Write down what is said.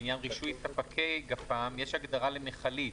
לעניין רישוי ספקי גפ"מ, יש הגדרה למכלית,